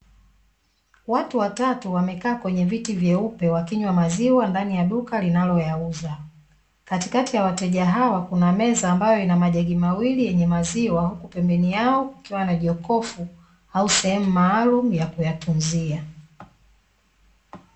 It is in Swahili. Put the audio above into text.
Watu watatu wamekaa kwenye viti vyeupe wakinywa maziwa ndani ya duka linaloyauza. Katikati ya wateja hawa, kuna meza ambayo ina majagi mawili yenye maziwa, huku pembeni yao kukiwa na jokofu au sehemu maalumu ya kuyatunzia.